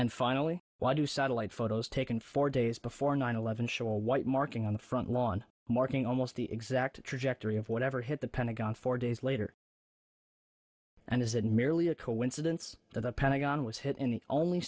and finally why do satellite photos taken four days before nine eleven show white marking on the front lawn marking almost the exact trajectory of whatever hit the pentagon four days later and is it merely a coincidence that the pentagon was hit in the only